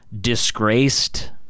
disgraced